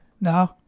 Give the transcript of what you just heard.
No